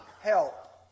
help